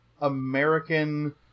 American